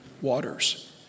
waters